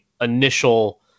initial